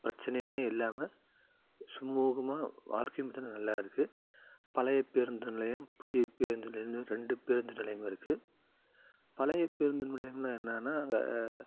பிரச்சனையும் இல்லாமல் சுமூகமாக வாழ்க்கையும் பார்த்தீங்கனா நல்லாயிருக்கு பழைய பேருந்து நிலையம் புதிய பேருந்து நிலையம்னு ரெண்டு பேருந்து நிலையம் இருக்குது பழைய பேருந்து நிலையம்னா என்னனா